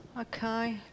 okay